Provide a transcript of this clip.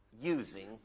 using